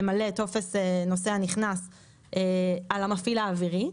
מילוי טופס נוסע נכנס על ידי המפעיל האווירי.